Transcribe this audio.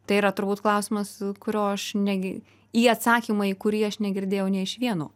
tai yra turbūt klausimas kurio aš negi į jį atsakymą į kurį aš negirdėjau nei iš vieno